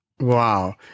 wow